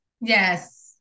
Yes